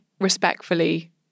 respectfully